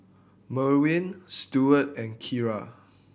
Merwin Stewart and Kira